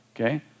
okay